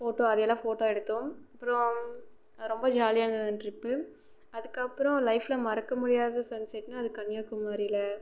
photo அதெல்லாம் photo எடுத்தோம் அப்புறம் ரொம்ப ஜாலியாக இருந்தது ட்ரிப் அதுக்கு அப்புறம் லைஃப்பில் மறக்க முடியாதது சன் செட்னால் அது கன்னியாகுமரியில்